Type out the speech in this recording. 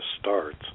starts